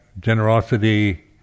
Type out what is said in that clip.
generosity